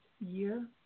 year